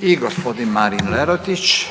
**Lerotić, Marin (IDS)**